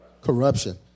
Corruption